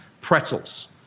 pretzels